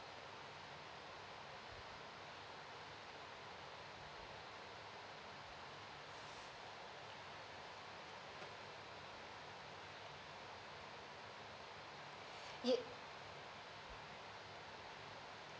ye~